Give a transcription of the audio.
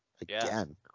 again